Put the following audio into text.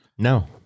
No